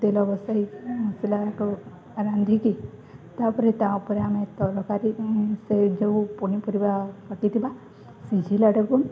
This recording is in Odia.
ତେଲ ବସେଇକି ମସଲାକୁ ରାନ୍ଧିକି ତାପରେ ତା ଉପରେ ଆମେ ତରକାରୀ ସେ ଯୋଉ ପନିପରିବା କଟିଥିବା ସିଝିଲାଟାକୁ